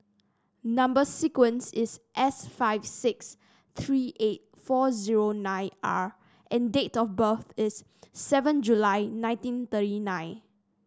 number sequence is S five six three eight four zero nine R and date of birth is seven July nineteen thirty nine